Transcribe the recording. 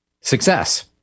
success